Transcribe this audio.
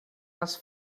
les